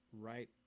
right